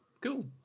cool